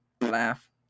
laugh